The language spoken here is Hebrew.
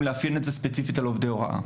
לאפיין את זה ספציפית על עובדי ההוראה.